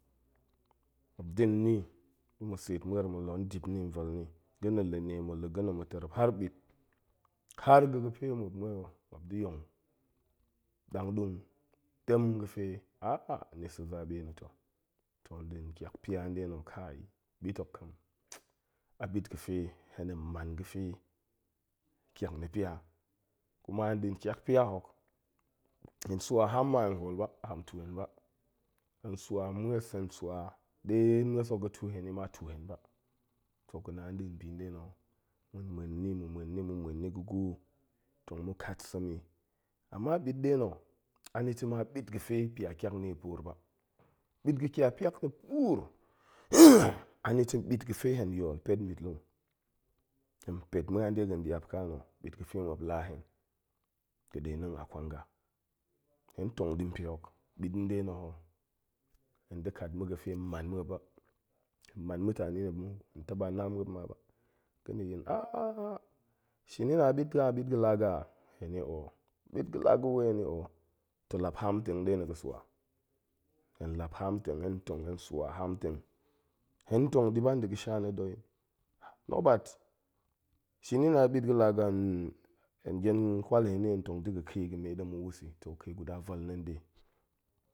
Da̱ni, da̱ ma̱ seet muer ma̱ la̱ ndip ni nvel ni, ga̱na̱ la̱ni, ma̱ la̱ ga̱na, ma̱ terep har ɓit, har ga̱fe muop muop da̱ yong ɗangɗung, muop tem ga̱fe ni sa̱ zaɓe na̱ to. toh nɗin ƙiak pia nɗe na̱ kai nɓit hok kam a ɓit ga̱fe hen hen man ga̱fe ƙiak na̱ pia, kuma nɗin ƙiak pia hok, hen swa haam ma hen hool ba, haam tu hen ba, hen swa ma̱es hen swa ɗe ma̱es hok ga̱ tu hen i ma, tu hen ba, toh ga̱na nɗin bi nɗe na̱ ho, ma̱ ma̱en ni ma̱ ma̱en ni ma̱ ma̱en ni ga̱ gwo tong ma̱ kat sem i, amma ɓit nɗe na̱, anita̱ ma ɓit ga̱fe pia ƙiak na̱ yi puur ba, ɓit ga̱ kia piak na̱ puur anita̱ ɓit ga̱fe hen yool pet nɓitlung, hen pet ma̱an de ga̱n ɗiap ƙaa na̱ ɓit ga̱fe muop la hen ga̱ɗe na̱ akwanga hen tong ɗi npe hok ɓit nɗe na̱ ho, hen da̱ kat ma̱ga̱fe hen man muop ba, hen man mutane na̱ ba, hen taba na muop ma ba, ga̱na̱ yin a a a shini a ɓit ga, a ɓit ga̱la gaa, heni o, ɓit ga̱laga̱ weh, heni o, toh lap haam teng nɗe na̱ ga̱ swa, henlap haam teng hen tong hen swa ham teng, hen tong ni ba, nda̱ ga̱sha na̱ da̱, nobert, shini na̱ aɓit ga̱la ga, heni nnn, hen gyen kwal heni hen tong da̱ ga̱ kee ga̱me ɗe mu wus i, toh kee guda vel nanɗe